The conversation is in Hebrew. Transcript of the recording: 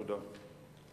תודה.